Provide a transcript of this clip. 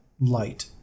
light